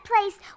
place